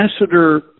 ambassador